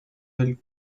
del